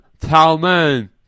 talman